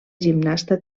gimnasta